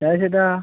രാജേഷേട്ടാ